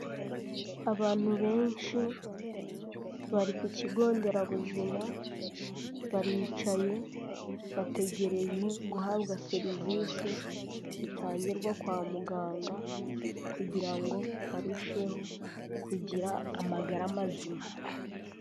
Abantu benshi bari ku kigo nderabuzima, baricaye, bategereje guhabwa serivise zitangirwa kwa muganga kugira ngo barusheho kugira amagara mazima.